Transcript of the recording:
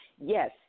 Yes